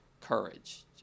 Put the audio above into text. courage